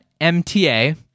MTA